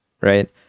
right